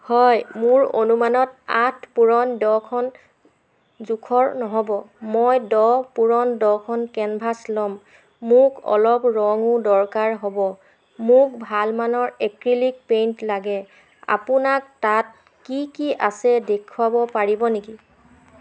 হয় মোৰ অনুমানত আঠ পূৰণ দহখন জোখৰ নহ'ব মই দহ পূৰণ দহখন কেনভাছ ল'ম মোক অলপ ৰঙো দৰকাৰ হ'ব মোক ভাল মানৰ এক্ৰীলিক পেইণ্ট লাগে আপোনাক তাত কি কি আছে দেখুৱাব পাৰিব নেকি